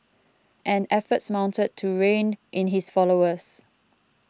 and efforts mounted to rein in his followers